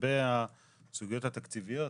לגבי הסוגיות התקציביות,